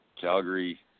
Calgary